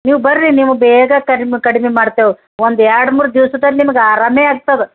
ನೀವು ಬರ್ರಿ ನೀವು ಬೇಗ ಕಡಿಮೆ ಕಡಿಮೆ ಮಾಡ್ತೇವು ಒಂದು ಎರಡು ಮೂರು ದಿವ್ಸದಲ್ಲಿ ನಿಮ್ಗೆ ಆರಾಮೇ ಆಗ್ತದೆ